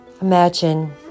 Imagine